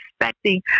expecting